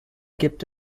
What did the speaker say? gibt